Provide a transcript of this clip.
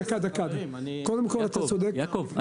יעקב,